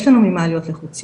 יש לנו ממה להיות לחוצים,